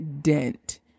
dent